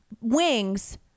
wings